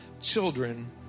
children